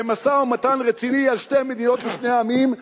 למשא-ומתן רציני על שתי מדינות לשני עמים,